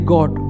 God